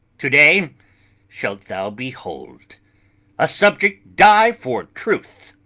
to-day shalt thou behold a subject die for truth,